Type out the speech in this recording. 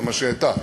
זה מה שהיא הייתה,